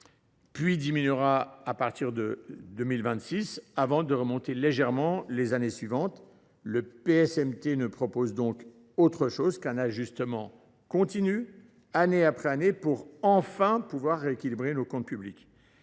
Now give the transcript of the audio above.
puis diminuera en 2026 avant d’augmenter légèrement les années suivantes. Le PSMT ne prévoit donc pas autre chose qu’un ajustement continu, année après année, pour enfin rééquilibrer nos comptes publics.